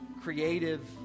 creative